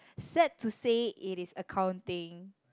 sad to say it is accounting